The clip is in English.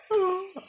oh